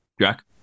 Jack